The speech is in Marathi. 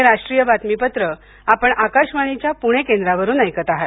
हे राष्ट्रीय बातमीपत्र आपण आकाशवाणीच्या पुणे केंद्रावरुन ऐकत आहात